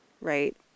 right